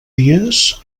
dies